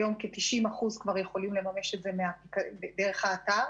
היום כ-90% יכולים לממש את זה דרך האתר